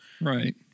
right